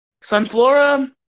Sunflora